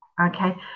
Okay